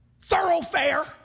thoroughfare